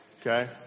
okay